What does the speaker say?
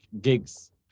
gigs